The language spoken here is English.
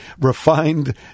refined